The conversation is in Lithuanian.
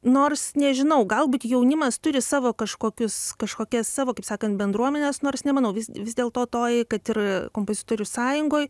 nors nežinau galbūt jaunimas turi savo kažkokius kažkokias savo kaip sakant bendruomenes nors nemanau vis vis dėlto toj kad ir kompozitorių sąjungoj